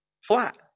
flat